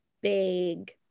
big